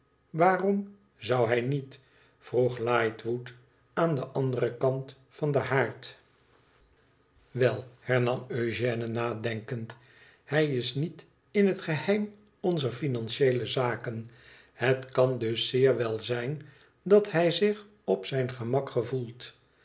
waarom zou hij niet vroeg ligtwood aan den anderen kant van den haard wel hernam eugène nadenkend hij is niet in het geheim onzer financieele zaken het kan dus zeer wel zijn dat hij zich op zijn gemak gevoelt